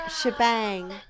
shebang